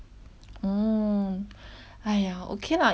!aiya! okay lah 也不错 orh 对了你知道吗